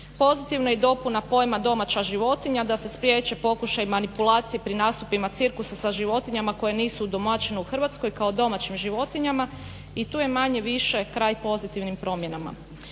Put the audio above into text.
Pozitivna je dopuna pojma domaća životinja, da se spriječi pokušaj manipulacije pri nastupima cirkusa sa životinjama koje nisu udomaćene u Hrvatskoj kao domaćim životinjama i tu je manje-više kraj pozitivnim promjenama.